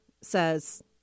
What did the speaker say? says